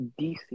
DC